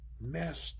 messed